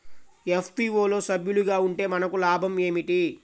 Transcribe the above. FPO లో సభ్యులుగా ఉంటే మనకు లాభం ఏమిటి?